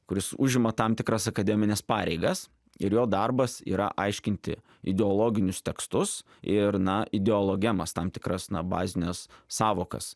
kuris užima tam tikras akademines pareigas ir jo darbas yra aiškinti ideologinius tekstus ir na ideologemas tam tikras na bazines sąvokas